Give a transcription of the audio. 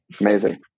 amazing